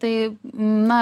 tai na